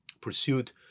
pursued